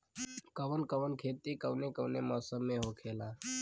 कवन कवन खेती कउने कउने मौसम में होखेला?